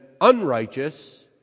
unrighteous